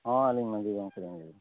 ᱦᱚᱸ ᱟᱹᱞᱤᱧ ᱢᱟᱹᱡᱷᱤ ᱜᱚᱝᱠᱮ ᱞᱤᱧ ᱞᱟᱹᱭ ᱮᱫᱟ